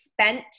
spent